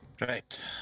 Right